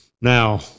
now